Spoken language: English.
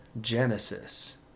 Genesis